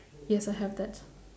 yes I have that